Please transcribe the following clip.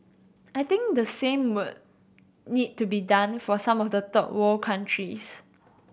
I think the same would need to be done for some of the third world countries